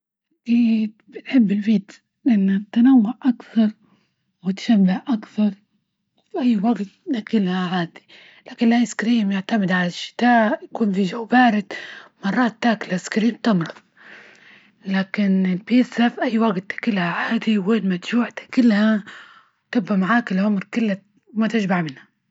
أكيد بنحب البيتز التنوع أكثر، وتشبع أكثر، وفي أي وجت ناكلها عادي لكن الآيس كريم يعتمد على الشتاء، يكون في جو بارد، مرات تاكل إسكرين تمرة، لكن البيتزا في أي وقت تاكلها عادي وين ما تجوع تاكلها وتقي معاك العمر كله ما تشبع منها.